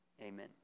Amen